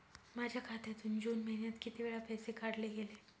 माझ्या खात्यातून जून महिन्यात किती वेळा पैसे काढले गेले?